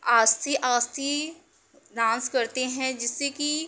आस्ते आस्ते डांस करते हैं जिससे कि